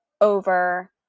over